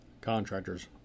contractors